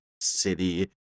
city